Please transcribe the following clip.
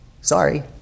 sorry